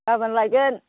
गाबोन लायगोन